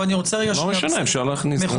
לא משנה, אפשר להכניס בהסכמה.